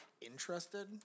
interested